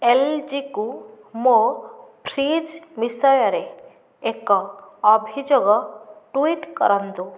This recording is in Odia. ଏଲଜିକୁ ମୋ ଫ୍ରିଜ୍ ବିଷୟରେ ଏକ ଅଭିଯୋଗ ଟ୍ୱିଟ୍ କରନ୍ତୁ